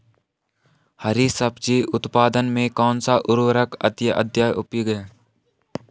हरी सब्जी उत्पादन में कौन सा उर्वरक अत्यधिक उपयोगी है?